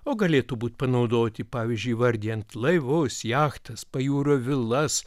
o galėtų būt panaudoti pavyzdžiui įvardijant laivus jachtas pajūrio vilas